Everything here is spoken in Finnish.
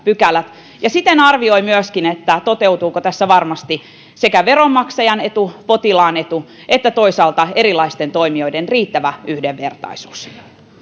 pykälät ja siten arvioi myöskin toteutuuko tässä varmasti sekä veronmaksajan etu potilaan etu että toisaalta erilaisten toimijoiden riittävä yhdenvertaisuus